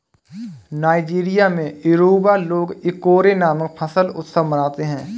Nigeria में Yoruba लोग Ikore नामक फसल उत्सव मनाते हैं